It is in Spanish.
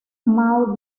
mao